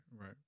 right